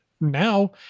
now